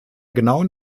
genauen